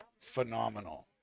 phenomenal